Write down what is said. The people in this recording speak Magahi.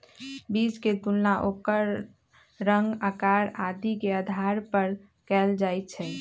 बीज के तुलना ओकर रंग, आकार आदि के आधार पर कएल जाई छई